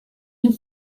and